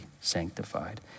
sanctified